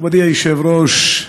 כבוד היושב-ראש,